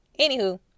Anywho